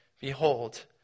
Behold